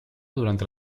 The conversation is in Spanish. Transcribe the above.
durante